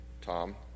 Tom